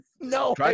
No